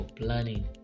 planning